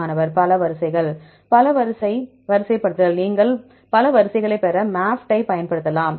மாணவர் பல் வரிசைகள் பல வரிசை வரிசைப்படுத்தல் நீங்கள் பல வரிசைகளைப் பெற MAFFT ஐப் பயன்படுத்தலாம்